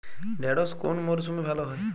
ঢেঁড়শ কোন মরশুমে ভালো হয়?